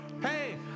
Hey